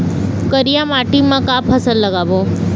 करिया माटी म का फसल लगाबो?